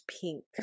pink